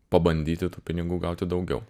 pabandyti tų pinigų gauti daugiau